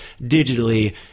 digitally